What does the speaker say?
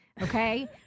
okay